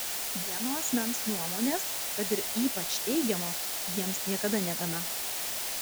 vieno asmens nuomonės kad ir ypač teigiamos jiems niekada negana